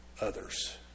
others